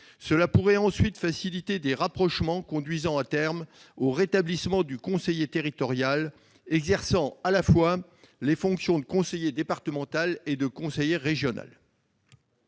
Cela pourrait ensuite faciliter des rapprochements conduisant, à terme, au rétablissement du conseiller territorial, exerçant à la fois les fonctions de conseiller départemental et celles de conseiller régional.